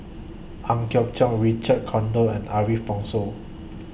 Ang Hiong Chiok Richard Corridon and Ariff Bongso